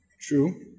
true